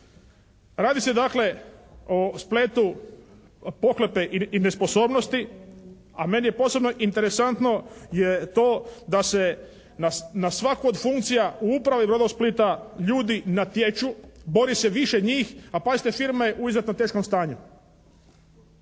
Radi se dakle o spletu pohlepe i nesposobnosti, a meni je posebno interesantno je to da se na svaku od funkcija u upravi "Brodosplita" ljudi natječu, bori se više njih, a pazite firma je u izuzetno teškom stanju.